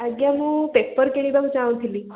ଆଜ୍ଞା ମୁଁ ପେପର୍ କିଣିବାକୁ ଚାଁହୁଥିଲି